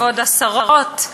כבוד השרות,